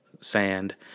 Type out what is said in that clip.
Sand